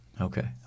Okay